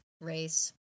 race